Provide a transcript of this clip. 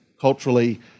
Culturally